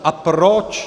A proč?